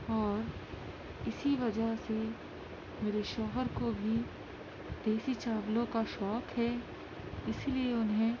اور اسی وجہ سے میرے شوہر کو بھی دیسی چاولوں کا شوق ہے اسی لیے انہیں